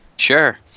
sure